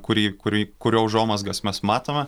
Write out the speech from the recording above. kurį kurį kurio užuomazgas mes matome